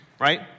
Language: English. right